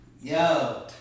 Yo